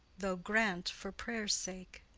though grant for prayers' sake.